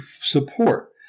support